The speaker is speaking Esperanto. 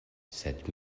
sed